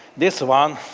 this one